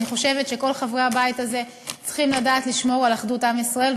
אני חושבת שכל חברי הבית הזה צריכים לדעת לשמור על אחדות עם ישראל,